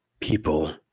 people